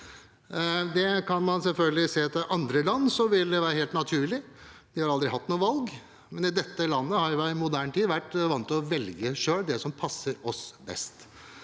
Man kan selvfølgelig se til andre land der det ville være helt naturlig, for de har aldri hatt noe valg, men i dette landet har vi i moderne tid vært vant til å velge selv, det som passer oss best.